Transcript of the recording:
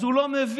אז הוא לא מבין.